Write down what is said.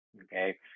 okay